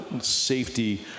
safety